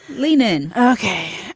lean in. okay